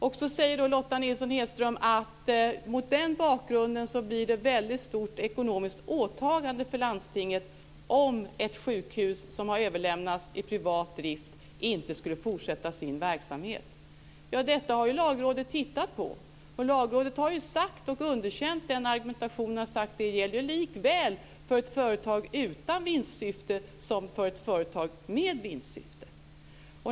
Vidare säger Lotta Nilsson-Hedström att det mot den bakgrunden blir ett väldigt stort ekonomiskt åtagande för landstinget om ett sjukhus som har överlämnats i privat drift inte skulle fortsätta sin verksamhet. Detta har ju Lagrådet tittat på, och Lagrådet har ju underkänt den argumentationen och sagt att det gäller likväl för ett företag utan vinstsyfte som för ett företag med vinstsyfte.